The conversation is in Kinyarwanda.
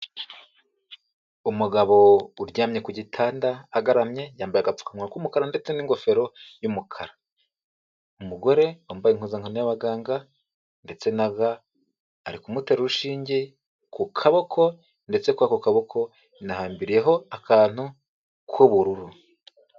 Umugabo uryamye ku gitanda agaramye, yambaye agapfukanwa k'umukara ndetse n'ingofero y'umukara, umugore wambaye impuzankano y'abaganga ndetse na ga, ari kumutera urushinge ku kaboko ndetse kw'ako kaboko hanahambiriyeho akantu k'ubururu.